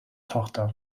tochter